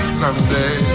someday